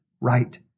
right